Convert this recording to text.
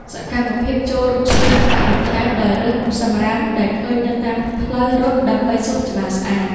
សកម្មភាពចូលរួមសម្អាតបរិស្ថានដោយរើសសម្រាមដែលឃើញនៅតាមផ្លូវរត់ ដើម្បីសួនច្បារស្អាត។